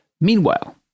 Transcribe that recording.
Meanwhile